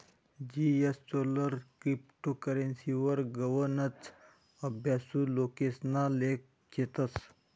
जीएसचोलर क्रिप्टो करेंसीवर गनच अभ्यासु लोकेसना लेख शेतस